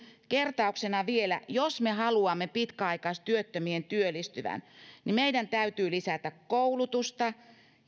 kertauksena vielä jos me haluamme pitkäaikaistyöttömien työllistyvän niin meidän täytyy lisätä koulutusta